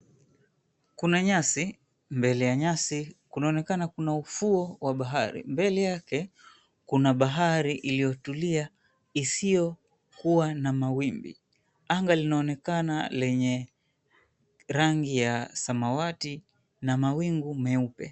Kuna nyasi mbele ya nyasi kunaonekana kuna ufuo wa bahari, mbele yake kuna bahari iliyotulia isio kuwa na mawimbi, anga linaonekana lenye rangi ya samawati na mawingu meupe.